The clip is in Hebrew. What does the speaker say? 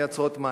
הן מייצרות מים.